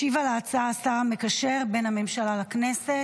ישיב על ההצעה השר המקשר בין הממשלה לכנסת,